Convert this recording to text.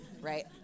right